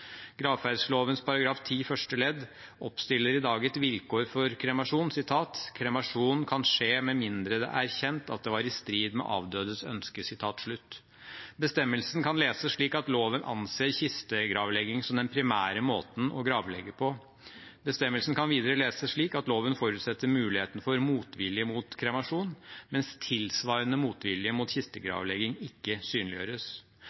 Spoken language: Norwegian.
første ledd oppstiller i dag et vilkår for kremasjon: «Kremasjon kan skje med mindre det er kjent at det var i strid med avdødes ønske.» Bestemmelsen kan leses slik at loven anser kistegravlegging som den primære måten å gravlegge på. Bestemmelsen kan videre leses slik at loven forutsetter muligheten for motvilje mot kremasjon, mens tilsvarende motvilje mot kistegravlegging ikke synliggjøres.